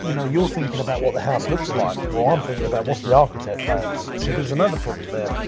you know, you're thinking about what the house looks like, well i'm thinking about what's the architect plans. see, there's another problem then.